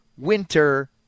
winter